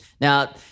Now